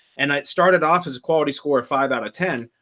and it started off as a quality score of five out of ten.